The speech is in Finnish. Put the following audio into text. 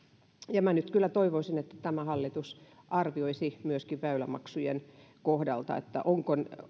minä nyt kyllä toivoisin että tämä hallitus arvioisi myöskin väylämaksujen kohdalta onko